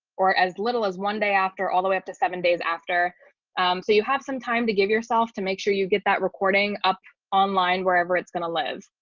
or as little as one day after all the way up to seven days after. so you have some time to give yourself to make sure you get that recording up online wherever it's going to live.